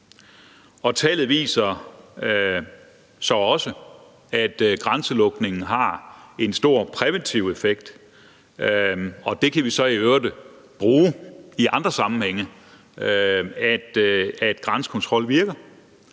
Tallet viser så også, at grænselukningen har en stor præventiv effekt, og det kan vi i øvrigt bruge i andre sammenhænge, altså at grænsekontrol virker.